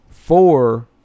Four